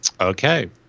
okay